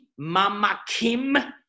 mamakim